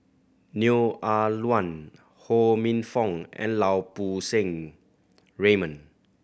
Neo Ah Luan Ho Minfong and Lau Poo Seng Raymond